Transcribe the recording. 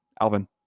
Alvin